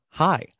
Hi